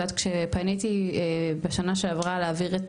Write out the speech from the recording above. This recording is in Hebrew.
את יודעת כשפניתי בשנה שעברה להעביר את